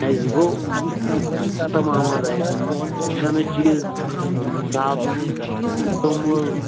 اَسہِ گوٚو تَمام حظ آیٹَم کھٮ۪نہٕ چیٖز صابنہِ توٚمُل